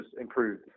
improved